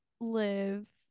live